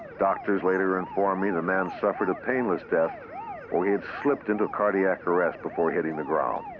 doctors later informed me the man suffered a painless death for he had slipped into cardiac arrest before hitting the ground.